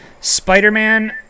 Spider-Man